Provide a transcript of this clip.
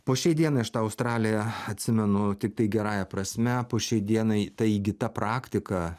po šiai dienai aš tą australiją atsimenu tiktai gerąja prasme po šiai dienai ta įgyta praktika